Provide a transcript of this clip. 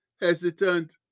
hesitant